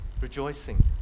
rejoicing